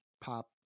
pop